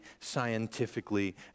scientifically